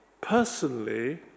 personally